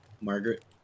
Margaret